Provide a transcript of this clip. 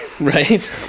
Right